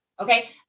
Okay